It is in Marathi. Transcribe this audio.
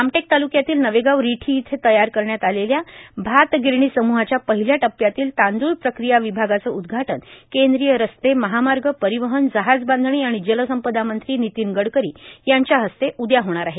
रामटेक तालुक्यातील नवेगाव रिठी इथं तयार करण्यात आलेल्या भातगिरणी सम्रहाच्या पहिल्या टप्प्यातील तांदूळ प्रक्रिया विभागाचं उद्घाटन केंद्रीय रस्ते महामार्ग परिवहन जहाजबांधणी आणि जलसंपदा मंत्री नितीन गडकरी यांच्या हस्ते उद्या होणार आहे